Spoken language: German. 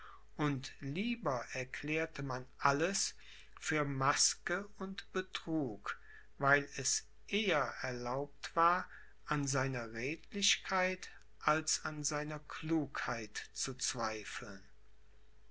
und lieber erklärte man alles für maske und betrug weil es eher erlaubt war an seiner redlichkeit als an seiner klugheit zu zweifeln